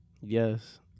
yes